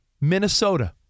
Minnesota